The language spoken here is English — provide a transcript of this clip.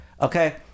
okay